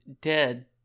dead